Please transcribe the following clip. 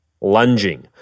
Lunging